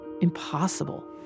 impossible